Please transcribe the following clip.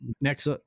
Next